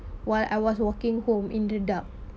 while I was walking home in the dark